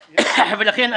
ולכן,